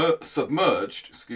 submerged